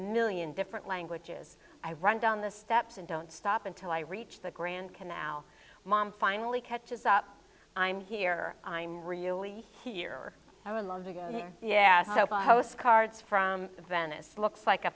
million different languages i run down the steps and don't stop until i reach the grand canal mom finally catches up i'm here i'm really here i would love to go there yeah so far house cards from venice looks like a